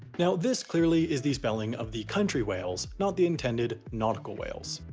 now, this, clearly, is the spelling of the country wales, not the intended nautical whales.